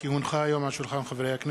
כי הונחה היום על שולחן הכנסת,